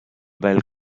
bell